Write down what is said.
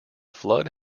flood